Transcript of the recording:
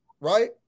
right